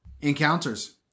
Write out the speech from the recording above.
encounters